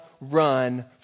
run